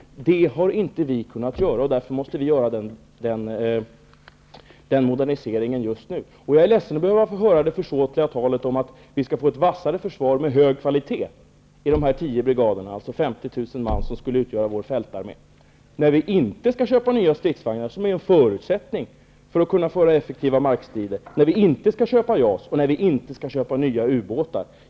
Det har inte vi kunnat göra, och därför måste vi genomföra den moderniseringen nu. Jag är ledsen att behöva höra det försåtliga talet om att vi skall få ett vassare försvar med hög kvalitet i dessa tio brigader, dvs. 50 000 man, som skall utgöra vår fältarmé, när vi inte skall köpa nya stridsvagnar, något som är en förutsättning för att kunna föra effektiva markstrider, när vi inte skall köpa JAS och inte skall köpa nya ubåtar.